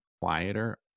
quieter